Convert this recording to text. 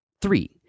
Three